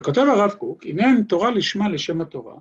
‫כותב הרב קוק, ‫הנה הן תורה לשמה לשם התורה.